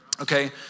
Okay